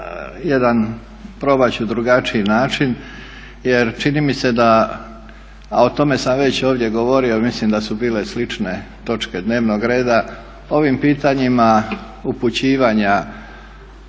jedan probat ću drugačiji način jer čini mi se da, a o tome sam već ovdje govorio mislim da su bile slične točke dnevnog reda, ovim pitanjima upućivanja